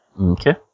Okay